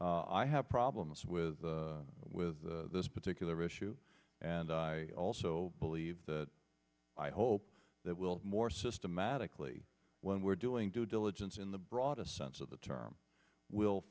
o i have problems with with this particular issue and i also believe that i hope that will more systematically when we're doing due diligence in the broadest sense of the term will